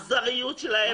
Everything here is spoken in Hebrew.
האכזריות שלהם,